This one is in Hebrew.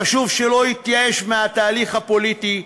חשוב שלא יתייאש מהתהליך הפוליטי,